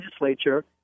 legislature